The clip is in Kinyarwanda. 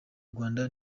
rwanda